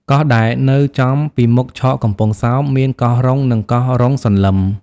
កោះដែលនៅចំពីមុខឆកកំពង់សោម មានកោះរ៉ុង់ និងកោះរ៉ុង់សន្លឹម ។